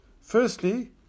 Firstly